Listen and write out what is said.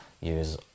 use